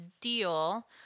deal